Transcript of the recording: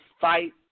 fight